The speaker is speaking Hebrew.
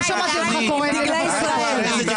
לא שמעתי אותך קורא לבטל את ההפגנה.